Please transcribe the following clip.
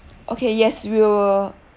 okay yes we will